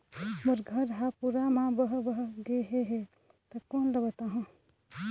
मोर घर हा पूरा मा बह बह गे हे हे ता कोन ला बताहुं?